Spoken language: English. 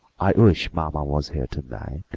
i wish mamma was here to-night,